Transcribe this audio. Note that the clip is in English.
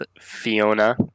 Fiona